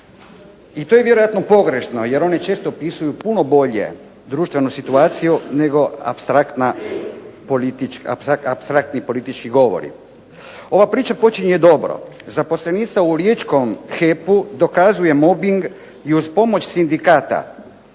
i to je vjerojatno pogrešno, jer oni često opisuju puno bolje društvenu situaciju nego apstraktni politički govori. Ova priča počinje dobro. Zaposlenica u riječkom HEP-u dokazuje mobbing i uz pomoć sindikata